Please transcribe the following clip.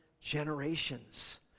generations